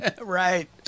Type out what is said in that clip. Right